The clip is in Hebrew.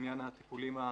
לעניין הטיפולים השוטפים,